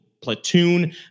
platoon